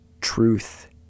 Truth